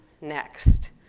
next